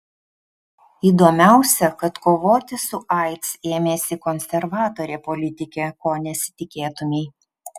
įdomiausia kad kovoti su aids ėmėsi konservatorė politikė ko nesitikėtumei